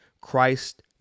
Christ